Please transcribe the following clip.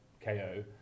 KO